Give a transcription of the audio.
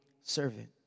servant